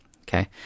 okay